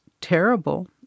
terrible